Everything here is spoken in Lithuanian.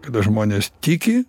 kada žmonės tiki